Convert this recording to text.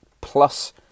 plus